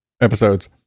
episodes